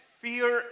fear